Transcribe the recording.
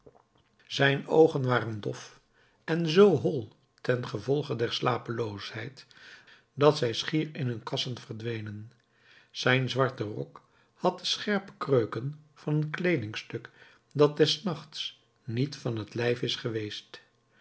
zijn oogen waren dof en zoo hol ten gevolge der slapeloosheid dat zij schier in hun kassen verdwenen zijn zwarte rok had de scherpe kreuken van een kleedingstuk dat des nachts niet van het lijf is geweest